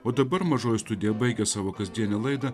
o dabar mažoji studija baigia savo kasdienį laida